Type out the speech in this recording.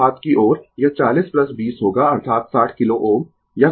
Refer Slide Time 2127 तो हाथ की ओर यह 40 20 होगा अर्थात 60 किलो Ω